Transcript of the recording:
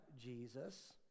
jesus